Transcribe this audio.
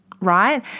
right